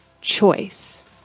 choice